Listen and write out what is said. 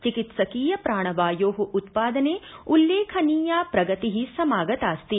चिकित्सकीयप्राणवायोः उत्पादने उल्लेखनीया प्रगतिः समागतास्ति